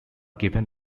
given